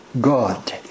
God